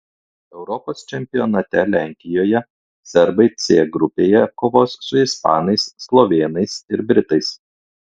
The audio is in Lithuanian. europos čempionate lenkijoje serbai c grupėje kovos su ispanais slovėnais ir britais